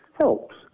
helps